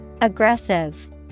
Aggressive